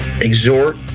exhort